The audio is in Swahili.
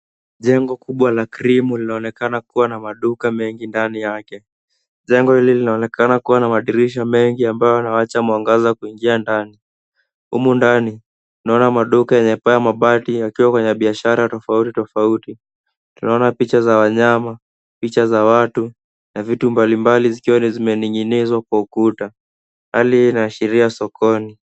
Jengo kubwa la cream linaonekana kuwa na maduka mengi ndani yake. Jengo hili linaonekana kuwa na madirisha mengi ambayo yanawacha mwangaza kuingia ndani. Humu ndani tunaona maduka yenye paa ya mabati yakiwa kwenye biashara tofauti, tofauti. Tunaona picha za wanyama, picha za watu na vitu mbalimbali zikiwa zimening'inizwa kwa ukuta. Hali hii inaashira sokoni.